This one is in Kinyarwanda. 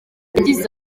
yagize